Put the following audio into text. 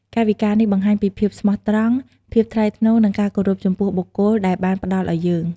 កាយវិការនេះបង្ហាញពីភាពស្មោះត្រង់ ភាពថ្លៃថ្នូរ និងការគោរពចំពោះ បុគ្គលដែលបានផ្តល់ឲ្យយើង។